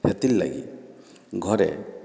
ହେତିର୍ ଲାଗି ଘରେ